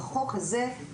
בחוק הזה,